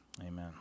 Amen